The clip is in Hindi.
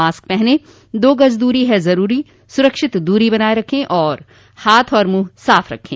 मास्क पहनें दो गज़ दूरी है ज़रूरी सुरक्षित दूरी बनाए रखें हाथ और मुंह साफ रखें